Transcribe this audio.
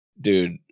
Dude